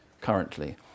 currently